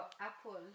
Apple